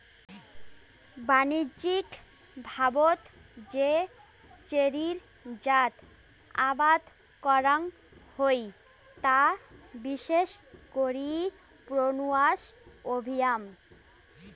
বাণিজ্যিকভাবত যে চেরির জাত আবাদ করাং হই তা বিশেষ করি প্রুনাস অভিয়াম